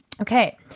Okay